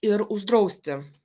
ir uždrausti